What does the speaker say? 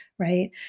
Right